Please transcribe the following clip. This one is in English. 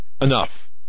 enough